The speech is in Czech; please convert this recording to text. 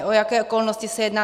O jaké okolnosti se jedná?